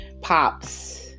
pops